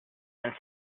and